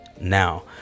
now